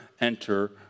enter